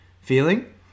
feeling